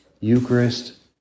Eucharist